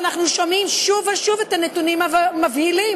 אנחנו שומעים שוב ושוב את הנתונים המבהילים,